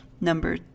Number